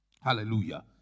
Hallelujah